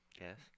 Yes